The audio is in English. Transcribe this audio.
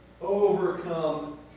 Overcome